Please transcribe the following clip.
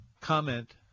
comment